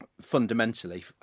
fundamentally